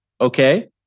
okay